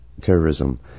terrorism